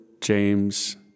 James